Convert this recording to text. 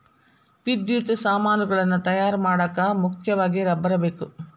ವಿದ್ಯುತ್ ಸಾಮಾನುಗಳನ್ನ ತಯಾರ ಮಾಡಾಕ ಮುಖ್ಯವಾಗಿ ರಬ್ಬರ ಬೇಕ